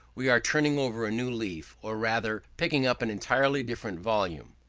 we are turning over a new leaf, or rather picking up an entirely different volume.